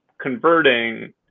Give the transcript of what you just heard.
converting